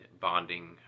bonding